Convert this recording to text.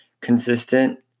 consistent